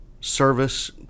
Service